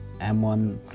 m1